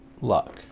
luck